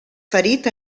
ferit